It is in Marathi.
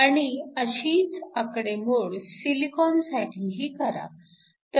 आणि अशीच आकडेमोड सिलिकॉन साठीही करा